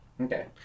Okay